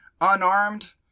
unarmed